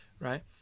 Right